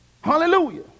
Hallelujah